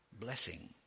blessing